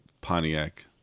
Pontiac